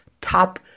top